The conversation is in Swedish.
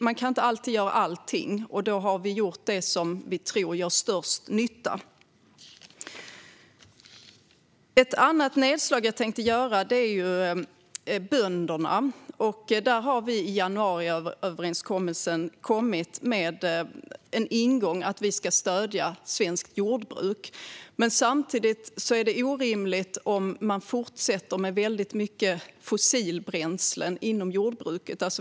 Man kan inte alltid göra allting, och på det här sättet har vi gjort det som vi tror gör störst nytta. Ett annat nedslag jag tänkte göra handlar om bönderna. Vi har i januariöverenskommelsen kommit med en ingång att vi ska stödja svenskt jordbruk. Samtidigt är det orimligt om man fortsätter med väldigt mycket fossilbränslen inom jordbruket.